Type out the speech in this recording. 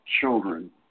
children